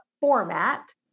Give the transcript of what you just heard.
format